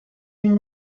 une